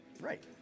right